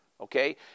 okay